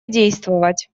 действовать